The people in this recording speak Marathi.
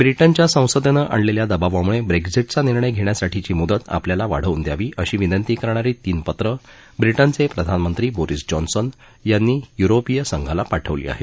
ब्रिटनच्या संसदेनं आणलेल्या दबावामुळे ब्रेक्झिटचा निर्णय घेण्यासाठीची मुदत आपल्याला वाढवून द्यावी अशी विनंती करणारी तीन पत्र ब्रिटनचे प्रधानमंत्री बोरिस जॉन्सन यांनी युरोपीय संघाला पाठवली आहेत